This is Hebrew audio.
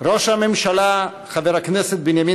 7 ראש הממשלה בנימין